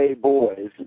boys